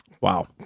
Wow